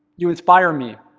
you inspire me,